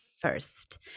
first